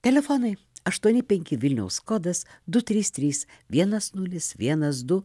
telefonai aštuoni penki vilniaus kodas du trys trys vienas nulis vienas du